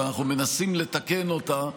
אבל אנחנו מנסים לתקן אותה,